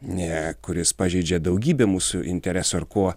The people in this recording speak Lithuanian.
ne kuris pažeidžia daugybę mūsų interesų ar kuo